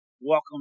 welcome